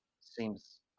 seems